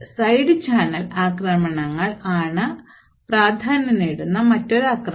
side channel ആക്രമണങ്ങൾ ആണ് പ്രാധാന്യം നേടുന്ന മറ്റൊരു ആക്രമണം